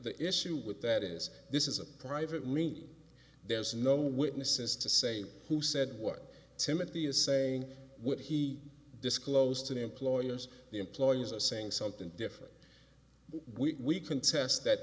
the issue with that is this is a private meeting there's no witnesses to say who said what timothy is saying what he disclosed to employers the employees are saying something different we contest that